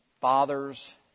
fathers